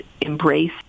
embrace